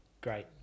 Great